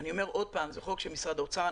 אני אומר שוב, זה חוק של משרד האוצר.